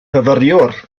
fyfyriwr